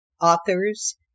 authors